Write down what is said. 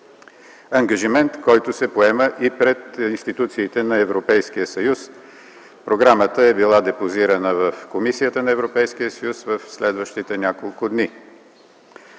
ангажимент, който се поема и пред институциите на Европейския съюз. Програмата е била депозирана в Комисията на Европейския съюз в следващите няколко дни.